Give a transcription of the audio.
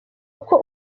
uko